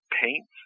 paints